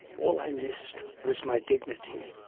all i missed was my dignity.